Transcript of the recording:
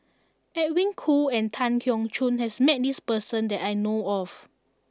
Edwin Koo and Tan Keong Choon has met this person that I know of